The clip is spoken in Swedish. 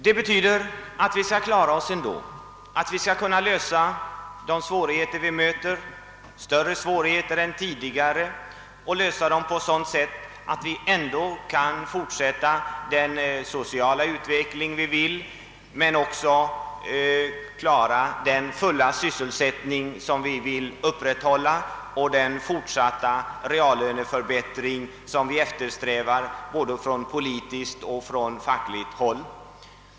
Det betyder att vi skall klara oss ändå, att vi skall kunna lösa de svårigheter vi möter — som är större än tidigare — och lösa dem på sådant sätt att vi ändå kan fortsätta den sociala utvecklingen men också klara den fulla sysselsättning som vi önskar upprätthålla och den fortsatta reallöneförbättring som vi eftersträvar på både politiskt och fackligt håll.